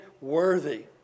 worthy